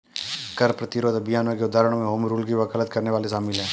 कर प्रतिरोध अभियानों के उदाहरणों में होम रूल की वकालत करने वाले शामिल हैं